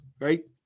right